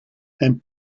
and